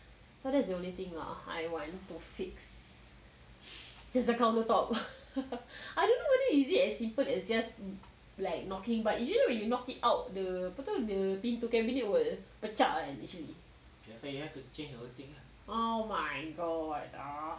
so that's the only thing lah I want to fix just the counter top I don't know whether is it as simple as just like knocking but do you know when you knock it out the apa tu pintu cabinet will pecah kan actually oh my god